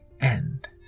End